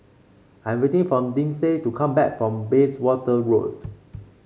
I'm waiting for Lindsay to come back from Bayswater Road